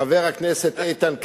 חבר הכנסת איתן כבל,